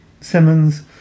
Simmons